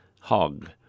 hog